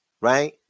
right